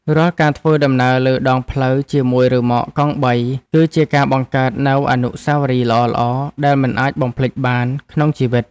រាល់ការធ្វើដំណើរលើដងផ្លូវជាមួយរ៉ឺម៉កកង់បីគឺជាការបង្កើតនូវអនុស្សាវរីយ៍ដ៏ល្អៗដែលមិនអាចបំភ្លេចបានក្នុងជីវិត។